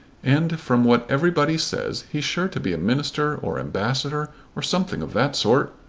and from what everybody says he's sure to be a minister or ambassador or something of that sort.